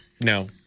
no